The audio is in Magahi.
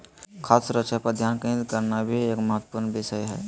खाद्य सुरक्षा पर ध्यान केंद्रित करना भी एक महत्वपूर्ण विषय हय